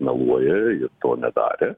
meluoja ir to nedarė